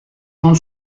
non